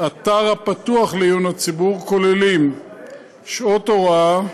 הפתוח לעיון הציבור, כוללים שעות הוראה,